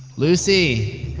lucy!